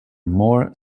more